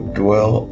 dwell